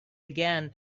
again